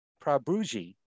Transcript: Prabhuji